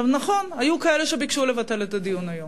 נכון, היו כאלה שביקשו לבטל את הדיון היום.